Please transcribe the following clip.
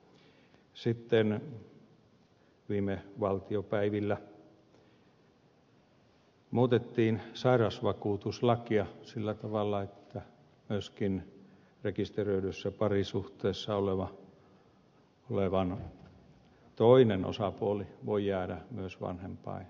sitten viime valtiopäivillä muutettiin sairausvakuutuslakia sillä tavalla että myöskin rekisteröidyssä parisuhteessa oleva toinen osapuoli voi jäädä myös vanhempainrahavapaalle